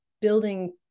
building